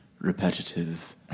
Repetitive